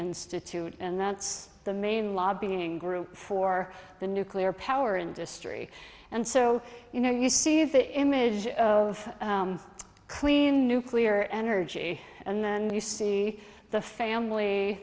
institute and that's the main lobbying group for the nuclear power industry and so you know you see the image of clean nuclear energy and then you see the family